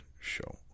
show